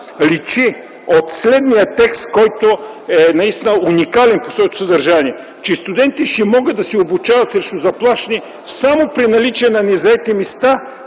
личи от следния текст, който наистина е уникален по своето съдържание, че студентите ще могат да се обучават срещу заплащане само при наличие на незаети места